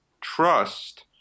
Trust